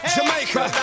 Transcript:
Jamaica